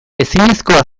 ezinezkoa